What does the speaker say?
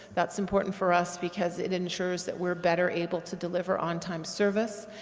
that's important for us because it ensures that we're better able to deliver on-time service,